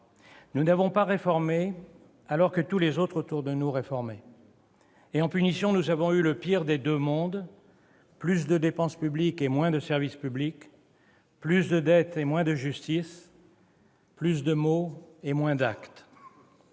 Nous n'avons pas réformé alors que tous les autres autour de nous réformaient. En punition, nous avons eu le pire des deux mondes : plus de dépenses publiques et moins de services publics ; plus de dette et moins de justice ; plus de mots et moins d'actes.